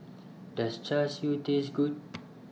Does Char Siu Taste Good